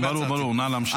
ברור, נא להמשיך.